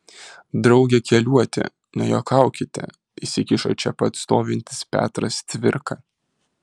drauge keliuoti nejuokaukite įsikišo čia pat stovintis petras cvirka